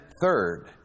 third